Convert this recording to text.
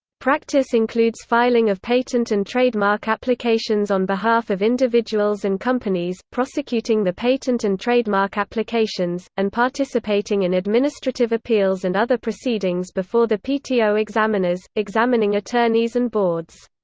practice includes filing of patent and trademark applications on behalf of individuals and companies, prosecuting the patent and trademark applications, and participating in administrative appeals and other proceedings before the pto ah examiners, examining attorneys and boards.